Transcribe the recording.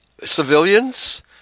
civilians